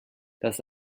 das